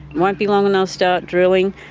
won't be long and they'll start drilling.